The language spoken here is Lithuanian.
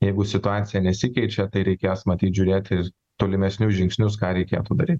jeigu situacija nesikeičia tai reikės matyt žiūrėti ir tolimesnius žingsnius ką reikėtų daryt